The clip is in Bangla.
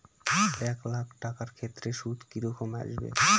এক লাখ টাকার ক্ষেত্রে সুদ কি রকম আসবে?